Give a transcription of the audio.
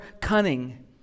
cunning